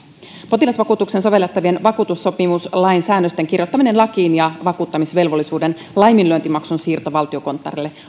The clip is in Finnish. potilasvakuutukseen sovellettavien vakuutussopimuslain säännösten kirjoittaminen lakiin ja vakuuttamisvelvollisuuden laiminlyöntimaksun siirto valtiokonttorille